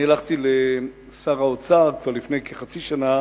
כבר לפני כחצי שנה